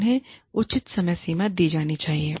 उन्हें उचित समय सीमा दी जानी चाहिए